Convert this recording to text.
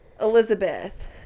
Elizabeth